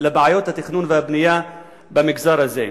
לבעיות התכנון והבנייה במגזר הזה.